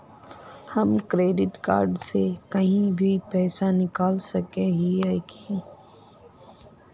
हम credit card से कहीं भी पैसा निकल सके हिये की?